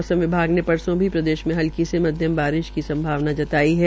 मौसम विभाग ने परसो भी प्रदेश मे हल्की से मध्यम बारिश होने की संभावना जताई है